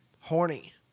Horny